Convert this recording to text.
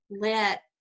let